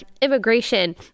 immigration